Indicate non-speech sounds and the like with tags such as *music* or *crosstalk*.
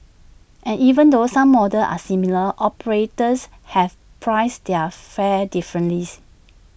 and even though some models are similar operators have priced their fares differently *unintelligible*